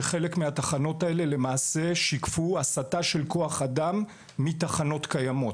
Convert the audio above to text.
היא שחלק מהתחנות האלה למעשה שיקפו הסתה של כוח אדם מתחנות קיימות.